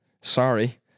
Sorry